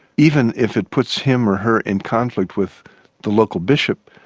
even if it puts him or her in conflict with the local bishop.